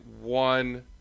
one